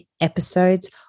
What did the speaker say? episodes